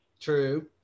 True